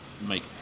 make